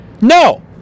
No